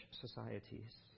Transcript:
societies